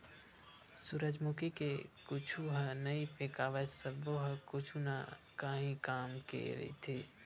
सूरजमुखी के कुछु ह नइ फेकावय सब्बो ह कुछु न काही काम के रहिथे